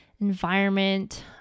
environment